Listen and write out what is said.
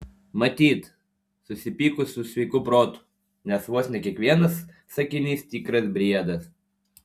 matyt susipykus su sveiku protu nes vos ne kiekvienas sakinys tikras briedas